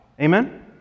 Amen